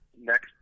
Next